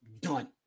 done